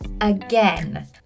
again